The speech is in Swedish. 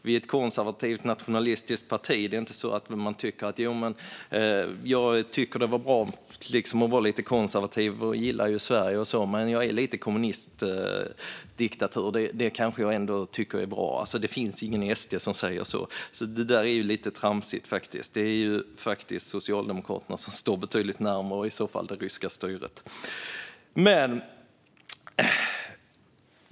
Vi är ett konservativt nationalistiskt parti; det finns ingen i SD som säger "Jag tycker att det är bra att vara konservativ, och jag gillar ju Sverige och så - men lite kommunistdiktatur kanske jag ändå tycker är bra!" Det där är alltså lite tramsigt. Socialdemokraterna står i så fall betydligt närmare det ryska styret.